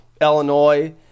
Illinois